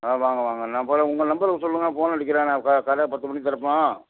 ஆ வாங்க வாங்க நான் உங்கள் நம்பரை சொல்லுங்கள் ஃபோன் அடிக்கிறேன் நான் க கடையை பத்து மணிக்கு திறப்போம்